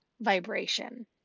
vibration